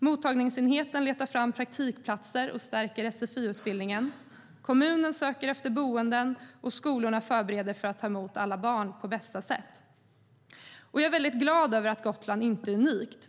Mottagningsenheten letar fram praktikplatser och stärker sfi-utbildningen. Kommunen söker efter boenden, och skolorna förbereder för att ta emot alla barn på bästa sätt. Jag är glad över att Gotland inte är unikt.